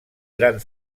gran